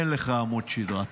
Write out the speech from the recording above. אין לך עמוד שדרה.